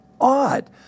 odd